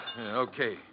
Okay